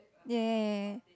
ya